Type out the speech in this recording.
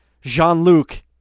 Jean-Luc